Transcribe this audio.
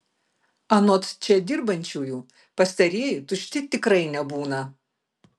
anot čia dirbančiųjų pastarieji tušti tikrai nebūna